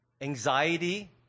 anxiety